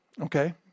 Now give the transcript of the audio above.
okay